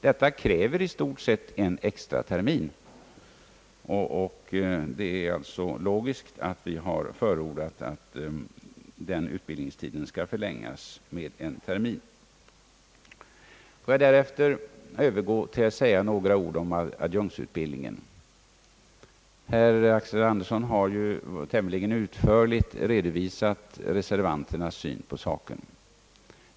Detta kräver i stort sett en extra termin. Det är därför logiskt att vi förordar att utbildningstiden skall förlängas med en termin. Låt mig därefter övergå till adjunktutbildningen. Herr Axel Andersson har tämligen utförligt redovisat reservanternas syn på denna fråga.